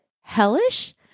hellish